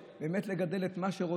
שיכולים באמת לגדל בה את מה שרוצים,